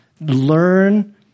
learn